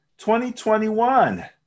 2021